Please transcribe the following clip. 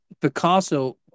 Picasso